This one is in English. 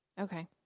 Okay